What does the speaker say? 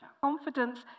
confidence